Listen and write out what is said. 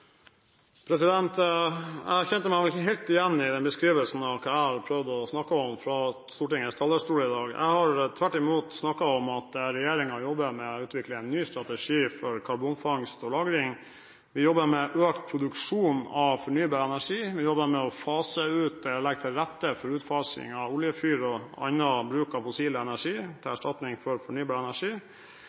Jeg kjente meg ikke helt igjen i den beskrivelsen av hva jeg har prøvd å snakke om fra Stortingets talerstol i dag. Jeg har tvert imot snakket om at regjeringen jobber med å utvikle en ny strategi for karbonfangst og -lagring, vi jobber med økt produksjon av fornybar energi, vi jobber med å legge til rette for utfasing av oljefyr og annen bruk av fossil energi og erstatte det med fornybar energi,